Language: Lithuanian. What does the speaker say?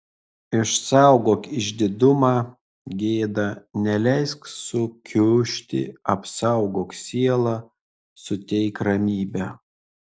išsaugok išdidumą gėdą neleisk sukiužti apsaugok sielą suteik ramybę